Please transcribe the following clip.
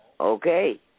Okay